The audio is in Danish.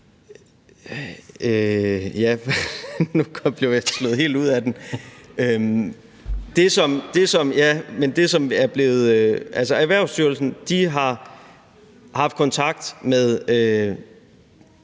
Erhvervsstyrelsen har haft kontakt med